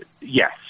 Yes